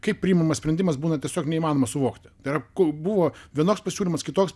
kaip priimamas sprendimas būna tiesiog neįmanoma suvokti tai yra kol buvo vienoks pasiūlymas kitoks